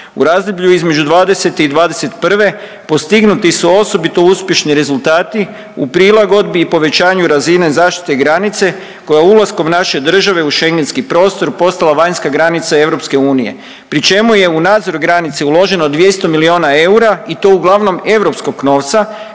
U razdoblju između '20. i '21. postignuti su osobito uspješni rezultati u prilagodbi i povećanju razine zaštite granice koja ulaskom naše države u Schengenski prostor postala vanjska granica EU, pri čemu je u nadzor granice uloženo 200 milijuna eura i to uglavnom europskog novca